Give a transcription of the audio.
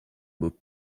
beau